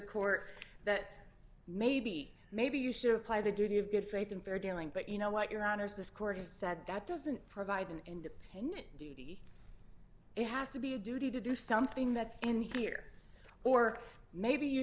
court that maybe maybe you should apply the duty of good faith and fair dealing but you know what your honour's this court has said that doesn't provide an independent duty it has to be a duty to do something that's in the here or maybe you